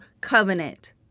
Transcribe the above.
Covenant